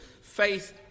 Faith